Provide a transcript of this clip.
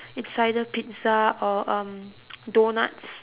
it's either pizza or um doughnuts